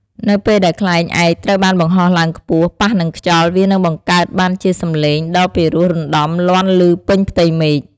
នៅពេលដែលខ្លែងឯកត្រូវបានបង្ហោះឡើងខ្ពស់ ប៉ះនឹងខ្យល់ វានឹងបង្កើតបានជាសំឡេងដ៏ពីរោះរណ្តំលាន់ឮពេញផ្ទៃមេឃ។